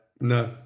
no